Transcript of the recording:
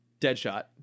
Deadshot